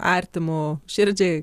artimu širdžiai